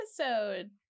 episode